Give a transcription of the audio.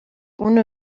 ohne